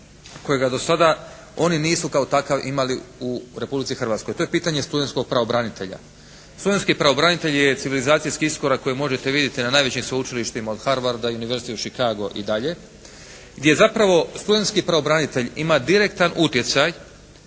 kojega do sada oni nisu kao takav imali u Republici Hrvatskoj. To je pitanje studentskog pravobranitelja. Studentski pravobranitelj je civilizacijski iskorak kojeg možete vidjeti na najvećim sveučilištima od Harvarda, University Chicago i dalje gdje zapravo studentski pravobranitelj ima direktan utjecaj